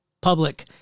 public